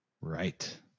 Right